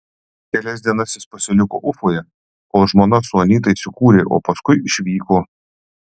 kelias dienas jis pasiliko ufoje kol žmona su anyta įsikūrė o paskui išvyko